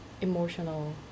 emotional